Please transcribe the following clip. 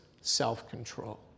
self-control